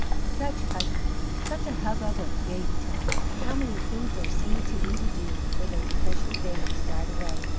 such hugging, such a hubbub of baby talk! how many things there seemed to be to do for those precious babies right away!